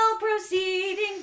proceeding